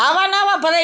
આવાને આવા ભરાય